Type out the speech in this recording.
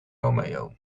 romeo